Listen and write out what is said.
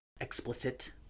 explicit